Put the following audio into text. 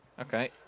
Okay